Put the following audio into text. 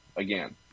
again